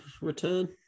return